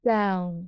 Down